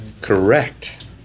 Correct